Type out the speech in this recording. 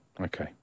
okay